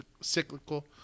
cyclical